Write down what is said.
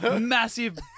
massive